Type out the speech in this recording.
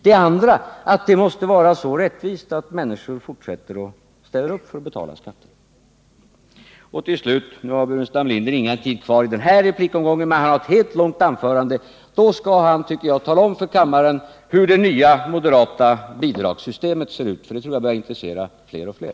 Det andra är att de måste vara så rättvisa att människorna fortsätter att ställa upp för att betala skatt. Staffan Burenstam Linder har ingen tid kvar i denna replikomgång, men jag hoppas att han återkommer med ett anförande där han talar om för kammaren hur det nya moderata bidragssystemet ser ut — det tror jag börjar intressera fler och fler.